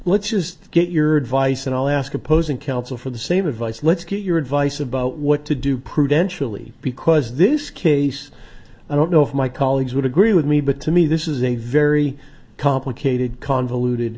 let's just get your advice and i'll ask opposing counsel for the same advice let's get your advice about what to do prudentially because this case i don't know if my colleagues would agree with me but to me this is a very complicated convoluted